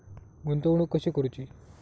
गुंतवणूक कशी करूची?